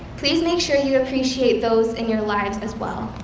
please make sure you appreciate those in your lives, as well.